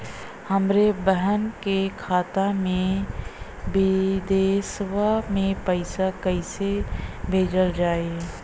हमरे बहन के खाता मे विदेशवा मे पैसा कई से भेजल जाई?